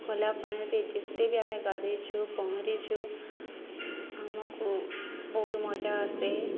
ଖୋଲା ପାଣିରେ ଯେତେ ବି ଆମେ ଗାଧେଇଛୁ ପହଁରିଛୁ ଆମକୁ ବହୁତ ମଜା ଆସେ